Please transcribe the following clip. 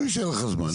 אם יישאר לך זמן.